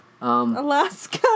Alaska